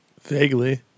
Vaguely